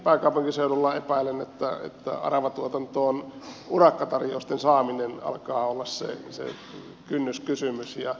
nimittäin epäilen että ainakin pääkaupunkiseudulla aravatuotantoon urakkatarjousten saaminen alkaa olla se kynnyskysymys